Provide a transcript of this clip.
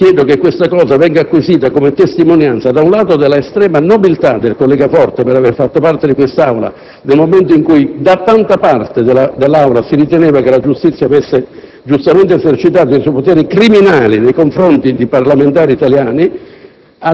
Chiedo che tutto ciò venga acquisito come testimonianza dell'estrema nobiltà del collega Forte per aver fatto parte di quest'Assemblea, nel momento in cui da tanta parte di essa si riteneva che la giustizia avesse giustamente esercitato i suoi poteri criminali nei confronti di parlamentari italiani,